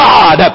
God